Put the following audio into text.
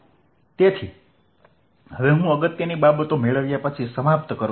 તેથી હવે હું અગત્યની બાબતો મેળવ્યા પછી સમાપ્ત કરું છું